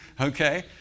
Okay